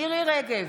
מירי מרים רגב,